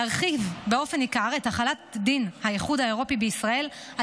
להרחיב באופן ניכר את החלת דין האיחוד האירופי בישראל על